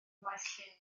maesllyn